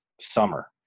summer